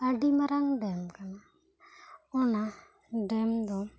ᱟᱹᱰᱤ ᱢᱟᱨᱟᱝ ᱰᱮᱢ ᱠᱟᱱᱟ ᱚᱱᱟ ᱰᱮᱢ ᱫᱚ